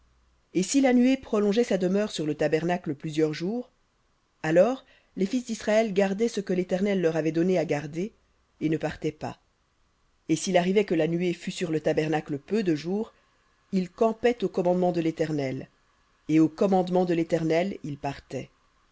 et si la nuée prolongeait sa demeure sur le tabernacle plusieurs jours alors les fils d'israël gardaient ce que l'éternel leur avait donné à garder et ne partaient pas et s'il arrivait que la nuée fût sur le tabernacle peu de jours ils campaient au commandement de l'éternel et au commandement de l'éternel ils partaient